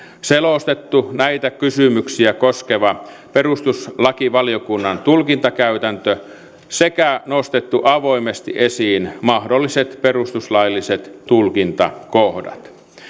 selostettu näitä kysymyksiä koskeva perustuslakivaliokunnan tulkintakäytäntö sekä nostettu avoimesti esiin mahdolliset perustuslailliset tulkintakohdat